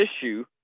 issue